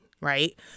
right